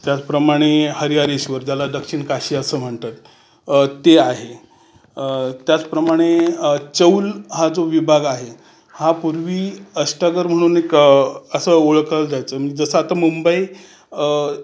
त्याचप्रमाणे हरिहरेश्वर ज्याला दक्षिण काशी असं म्हणतात ते आहे त्याचप्रमाणे चौल हा जो विभाग आहे हां पूर्वी अष्टागर म्हणून एक असं ओळखलं जायचं म्हणजे जसं आता मुंबई